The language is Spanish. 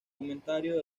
comentario